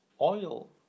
oil